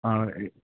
ആ ഈ